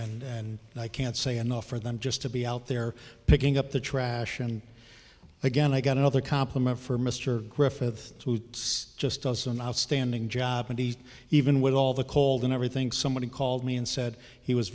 there and i can't say enough for them just to be out there picking up the trash and again i got another compliment for mr griffith toots just doesn't outstanding job and he's even with all the cold and everything somebody called me and said he was